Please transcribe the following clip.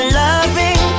loving